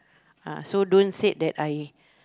uh so don't said that I